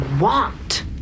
want